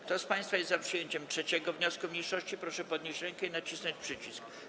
Kto z państwa jest za przyjęciem 3. wniosku mniejszości, proszę podnieść rękę i nacisnąć przycisk.